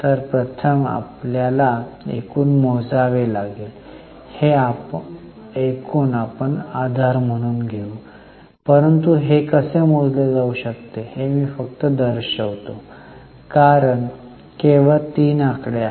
तर प्रथम आपल्याला एकूण मोजावे लागेल हे एकूण आपण आधार म्हणून घेऊ शकता परंतु हे कसे मोजले जाऊ शकते हे मी फक्त दर्शवितो कारण केवळ 3 आकडे आहेत